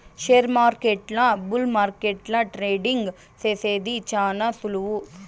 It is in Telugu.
షేర్మార్కెట్ల బుల్ మార్కెట్ల ట్రేడింగ్ సేసేది శాన సులువు